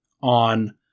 on